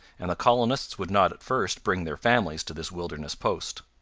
and the colonists would not at first bring their families to this wilderness post.